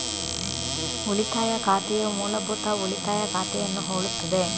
ಉಳಿತಾಯ ಖಾತೆಯು ಮೂಲಭೂತ ಉಳಿತಾಯ ಖಾತೆಯನ್ನು ಹೋಲುತ್ತದೆ